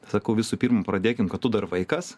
sakau visų pirma pradėkim kad tu dar vaikas